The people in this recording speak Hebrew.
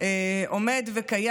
עומד וקיים.